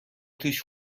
توش